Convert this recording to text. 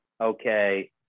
Okay